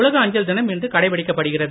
உலக அஞ்சல் தினம் இன்று கடைபிடிக்கப்படுகிறது